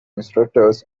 instructors